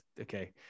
okay